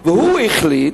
והוא החליט,